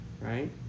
right